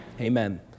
Amen